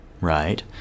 right